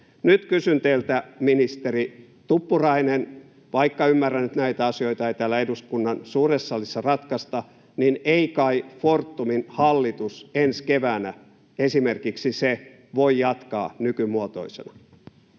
Nyt kysyn teiltä, ministeri Tuppurainen, vaikka ymmärrän, että näitä asioita ei täällä eduskunnan suuressa salissa ratkaista: ei kai Fortumin hallitus ensi keväänä — esimerkiksi se — voi jatkaa nykymuotoisena?